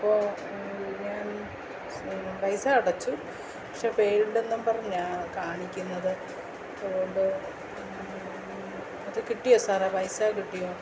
അപ്പോള് ഞാൻ പൈസ അടച്ചു പക്ഷേ ഫൈൽഡെന്നും പറഞ്ഞാണ് കാണിക്കുന്നത് അതുകൊണ്ട് അത് കിട്ടിയോ സാറേ പൈസ കിട്ടിയോ